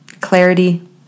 clarity